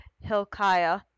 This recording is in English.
Hilkiah